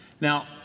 Now